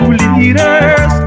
leaders